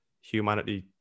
humanity